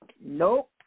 Nope